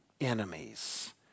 enemies